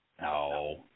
no